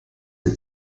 the